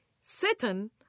Satan